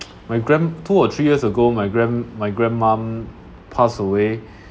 my grand two or three years ago my grand my grand mum passed away